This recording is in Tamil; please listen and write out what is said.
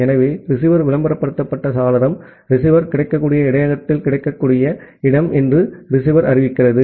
ஆகவே ரிசீவர் விளம்பரப்படுத்தப்பட்ட சாளரம் ரிசீவர் கிடைக்கக்கூடிய இடையகத்தில் கிடைக்கக்கூடிய இடம் என்று ரிசீவர் அறிவிக்கிறது